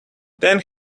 then